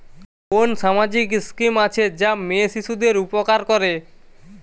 কোন সামাজিক স্কিম আছে যা মেয়ে শিশুদের উপকার করে?